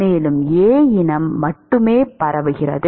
மேலும் A இனம் மட்டுமே பரவுகிறது